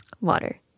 water